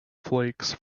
flakes